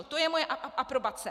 To je moje aprobace.